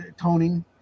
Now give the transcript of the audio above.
toning